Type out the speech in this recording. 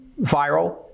viral